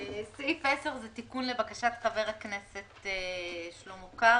סעיף 10 הוא תיקון לבקשת חבר הכנסת שלמה קרעי,